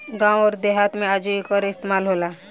गावं अउर देहात मे आजो एकर इस्तमाल होला